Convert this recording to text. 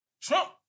Trump